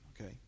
Okay